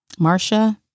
Marsha